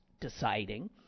deciding